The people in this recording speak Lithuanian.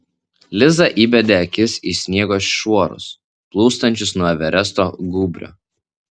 liza įbedė akis į sniego šuorus plūstančius nuo everesto gūbrio